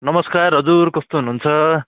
नमस्कार हजुर कस्तो हुनु हुन्छ